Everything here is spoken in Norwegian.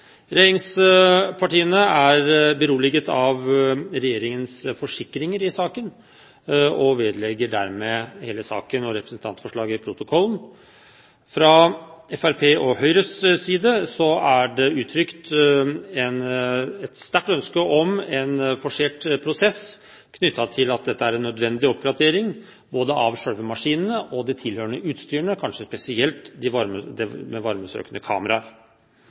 Regjeringspartiene er beroliget av regjeringens forsikringer i saken, og vil dermed at hele saken og representantforslaget vedlegges protokollen. Fra Fremskrittspartiets og Høyres side er det uttrykt et sterkt ønske om en forsert prosess knyttet til at dette er en nødvendig oppgradering av både selve maskinene og det tilhørende utstyret, kanskje spesielt varmesøkende kameraer. Opposisjonspartiene har da fremmet forslag om at det